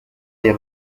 des